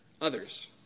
others